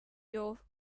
your